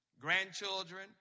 grandchildren